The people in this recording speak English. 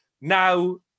Now